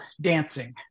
dancing